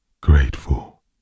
Grateful